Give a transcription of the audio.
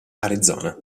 arizona